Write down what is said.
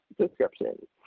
description